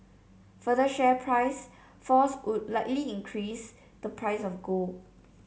further share price falls would likely increase the price of gold